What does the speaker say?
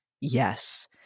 Yes